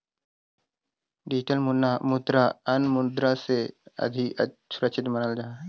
digital मुद्रा अन्य मुद्रा से सुरक्षित मानल जात हई